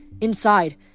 Inside